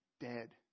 dead